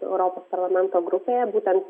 europos parlamento grupėje būtent